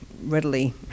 readily